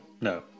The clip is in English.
No